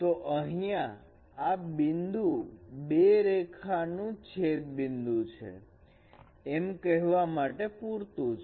તો અહીંયા આ બિંદુ બે રેખાઓનું છેદ બિંદુ છે એમ કહેવા માટે પૂરતું છે